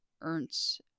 Ernst